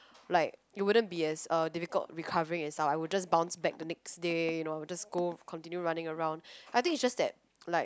like you wouldn't be as uh difficult recovering itself I would just bounce back to next day you know just go continue running around I think is just that like